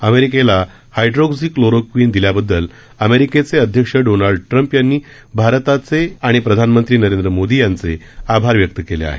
अमेरिकला hydroxychloroquine दिल्याबददल अमेरिकेचे राष्ट्राध्यक्ष डोनाल्ड ट्रम्प यांनी भारताचे आणि प्रधानमंत्री नरेंद्र मोदी यांचे आभार व्यक्त केले आहेत